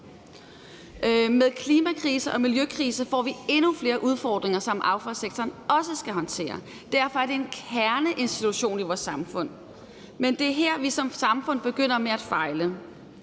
Med klimakrisen og miljøkrisen får vi endnu flere udfordringer, som affaldssektoren også skal håndtere. Derfor er det en kerneinstitution i vores samfund. Men det er her, vi som samfund begynder at fejle.